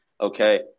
okay